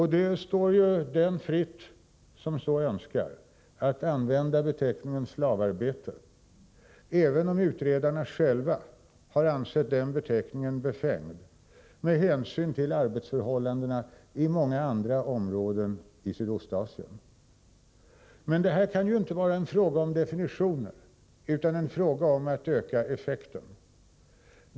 Det står ju den fritt som så önskar, att använda beteckningen slavarbete — även om utredarna själva har ansett den beteckningen befängd med hänsyn till arbetsförhållandena i många andra områden i Sydostasien. Men det här kan ju inte vara en fråga om definitioner, utan det är fråga om att öka effekten.